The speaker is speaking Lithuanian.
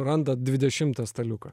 randat dvidešimtą staliuką